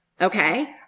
okay